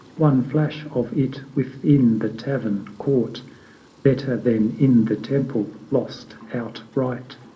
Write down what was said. one flash of it within the tavern caught better than in the temple lost outright.